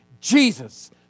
Jesus